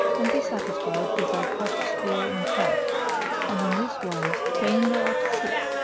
and be satis fied with thy crushed straw and chaff and on this wise feign thou art sick,